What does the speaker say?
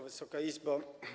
Wysoka Izbo!